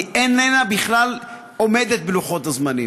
היא בכלל איננה עומדת בלוחות הזמנים.